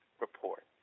report